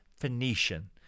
Phoenician